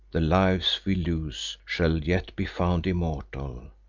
the lives we lose shall yet be found immortal,